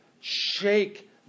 shake